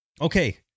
Okay